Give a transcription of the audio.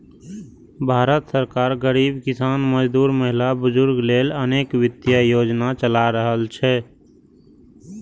भारत सरकार गरीब, किसान, मजदूर, महिला, बुजुर्ग लेल अनेक वित्तीय योजना चला रहल छै